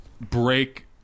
break